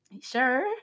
Sure